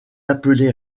appelée